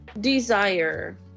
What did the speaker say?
desire